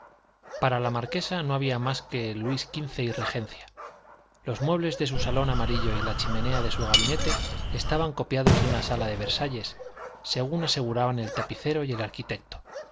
para la marquesa no había más que luis xv y regencia los muebles de su salón amarillo y la chimenea de su gabinete estaban copiados de una sala de versalles según aseguraban el tapicero y el arquitecto